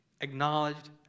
acknowledged